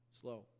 Slow